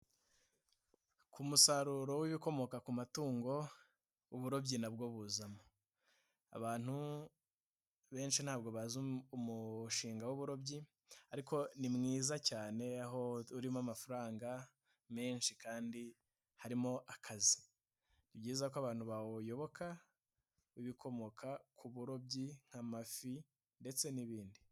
Umusaruro w'ibikomoka ku matungo, uburobyi nabwo buzamo , abantu benshi ntabwo bazi umushinga w'uburobyi ariko ni mwiza cyane, aho urimo amafaranga menshi kandi harimo akazi, ni byiza ko abantu bawuyoboka, ibikomoka ku burobyi nk'amafi ndetse n'ibindi.